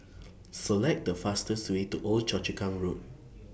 Select The fastest Way to Old Yio Chu Kang Road